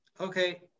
Okay